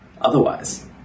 Otherwise